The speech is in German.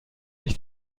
ich